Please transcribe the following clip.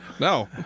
No